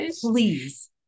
Please